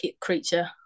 creature